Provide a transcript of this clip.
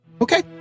okay